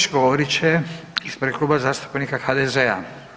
govorit će ispred Kluba zastupnika HDZ-a.